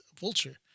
vulture